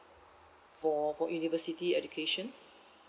for for university education